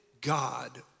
God